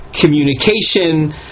communication